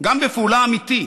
גם בפעולה אמיתית,